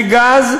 קידוחי גז,